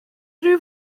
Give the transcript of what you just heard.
rhyw